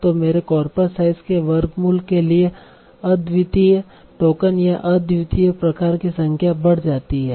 तो मेरे corpus size के वर्गमूल के लिए अद्वितीय टोकन या अद्वितीय प्रकार की संख्या बढ़ जाती है